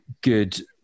good